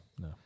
no